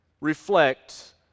reflect